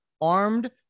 Armed